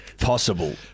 possible